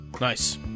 nice